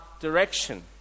direction